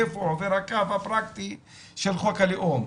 איפה עובר הקו הפרקטי של חוק הלאום?